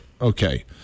Okay